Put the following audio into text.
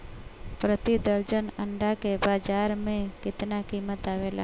प्रति दर्जन अंडा के बाजार मे कितना कीमत आवेला?